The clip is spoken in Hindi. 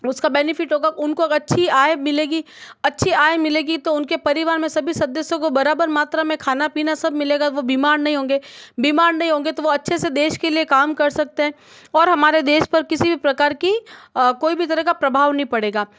उसका बेनिफिट होगा उनको अच्छी आए मिलेगी अच्छी आय आई मिलेगी तो उनके परिवार में सभी सदस्यों को बराबर मात्रा में खाना पीना सब मिलेगा वह बीमार नहीं होंगे बीमार नहीं होंगे तो वह अच्छे से देश के लिए काम कर सकते हैं और हमारे देश पर किसी भी प्रकार की कोई भी तरह का प्रभाव नहीं पड़ेगा